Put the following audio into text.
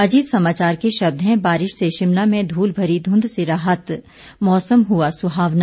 अजीत समाचार के शब्द हैं बारिश से शिमला में धूल भरी धुंध से राहत मौसम हुआ सुहावना